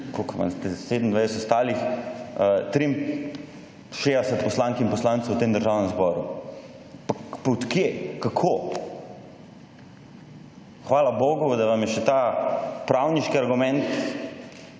27, ostalih, 63 poslank in poslancev v tem državnem zboru. Pa od kje, kako? Hvala bogu, da vam je še ta pravniški argument